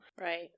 Right